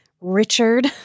Richard